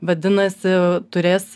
vadinasi turės